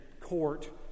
court